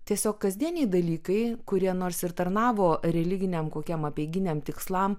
tiesiog kasdieniai dalykai kurie nors ir tarnavo religiniam kokiem apeiginiam tikslam